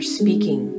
speaking